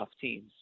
teams